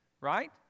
right